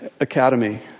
Academy